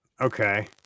okay